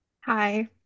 Hi